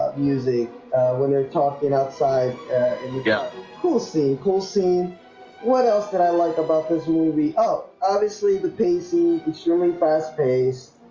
music when they're talking outside and you go we'll see. we'll see what else that i like about this movie oh, obviously the pc extremely fast pace